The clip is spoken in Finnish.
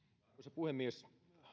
puhemies